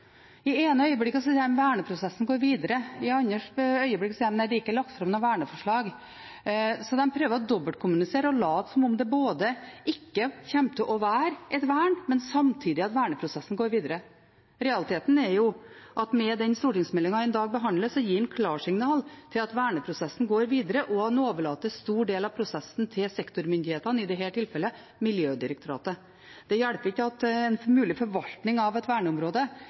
I det ene øyeblikket sier de at verneprosessen går videre, i det neste øyeblikket sier de at det ikke er lagt fram noe verneforslag. De prøver å dobbeltkommunisere og late som om det ikke kommer til å være et vern, samtidig som at verneprosessen går videre. Realiteten er at en med den stortingsmeldingen en i dag behandler, gir klarsignal til at verneprosessen kan gå videre, og en overlater en stor del av prosessen til sektormyndighetene, i dette tilfellet Miljødirektoratet. Det hjelper ikke at en mulig forvaltning av et verneområde